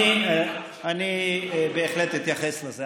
אני בהחלט אתייחס לזה.